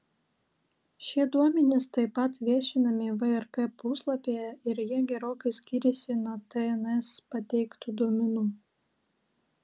šie duomenys taip pat viešinami vrk puslapyje ir jie gerokai skiriasi nuo tns pateiktų duomenų